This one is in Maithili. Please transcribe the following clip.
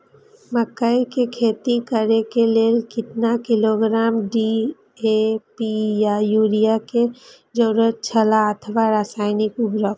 मकैय के खेती करे के लेल केतना किलोग्राम डी.ए.पी या युरिया के जरूरत छला अथवा रसायनिक उर्वरक?